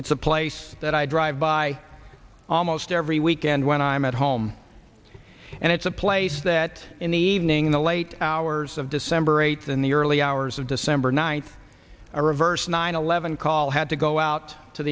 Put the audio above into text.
it's a place that i drive by almost every weekend when i'm at home and it's a place that in the evening in the late hours of december eighth in the early hours of december ninth a reverse nine eleven call had to go out to